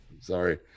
Sorry